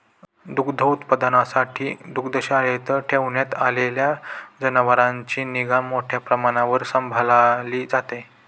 दुग्धोत्पादनासाठी दुग्धशाळेत ठेवण्यात आलेल्या जनावरांची निगा मोठ्या प्रमाणावर सांभाळली जाते